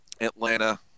Atlanta